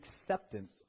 acceptance